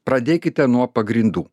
pradėkite nuo pagrindų